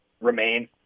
remain